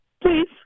Please